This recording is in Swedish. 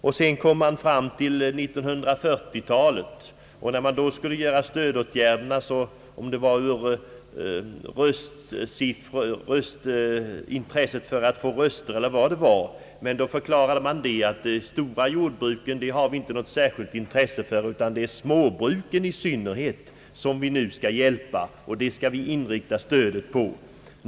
På 1940 talet förklarade man — kanske beroende på intresset för att få röster i valen — att man inte var särskilt intresserad av stora jordbruk, utan det var i synnerhet småbruken som man sade sig vilja hjälpa.